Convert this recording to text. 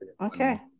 Okay